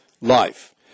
life